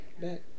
Back